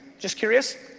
just curious.